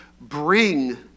bring